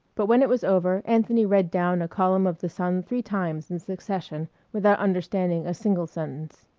but when it was over anthony read down a column of the sun three times in succession without understanding a single sentence.